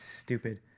stupid